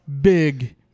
big